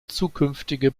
zukünftige